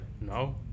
No